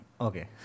Okay